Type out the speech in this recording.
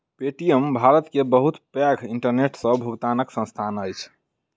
Paytm Bharat के बहुत पैघ इंटरनेट सॅ भुगतनाक संस्थान अछि